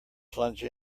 plunge